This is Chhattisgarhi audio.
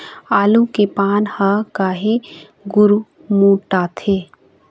आलू के पान हर काहे गुरमुटाथे?